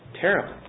terrible